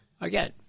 again